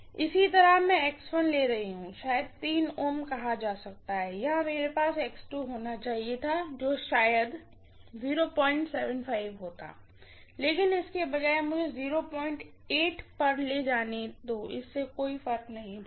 इसी तरह मैं ले रहा हूँ शायद Ω कहा सकता है यहाँ मेरे पास होना चाहिए था जो शायद होता लेकिन इसके बजाय मुझे इसे पर ले जाने दो इससे कोई फर्क नहीं पड़ता